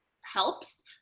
helps